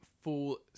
Full